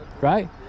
right